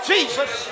Jesus